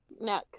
no